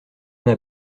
n’a